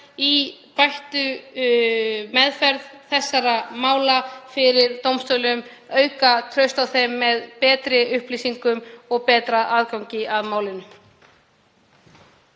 í bættri meðferð þessara mála fyrir dómstólum, auka traust á þeim með betri upplýsingum og betra aðgengi að málum.